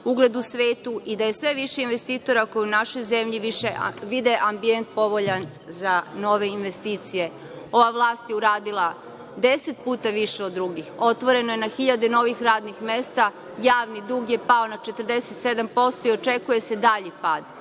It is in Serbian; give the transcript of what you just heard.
ugled u svetu i da je sve više investitora koji u našoj zemlji vide ambijent povoljan za nove investicije. Ova vlast je uradila deset puta više od drugih. Otvoreno je na hiljade novih radnih mesta, javni dug je pao na 47% i očekuje se dalji pad,